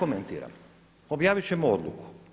Objavit ćemo odluku.